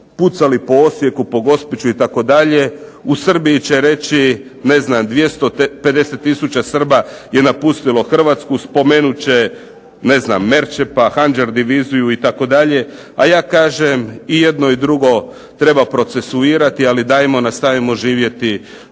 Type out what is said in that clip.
pucali po Osijeku, po Gospiću itd., u Srbiji će reći 250 tisuća Srba je napustilo Hrvatsku, spomenut će Merčepa, Hanđar diviziju itd., a ja kažem i jedno i drugo treba procesuirati ali dajmo nastavimo živjeti